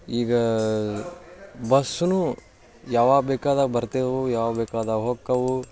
ಈಗ ಬಸ್ಸು ಯಾವಾಗ ಬೇಕಾದಾಗ ಬರ್ತವೋ ಯಾವಾಗ ಬೇಕಾದಾಗ ಹೋಕ್ಕವು